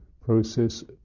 process